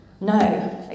No